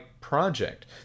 project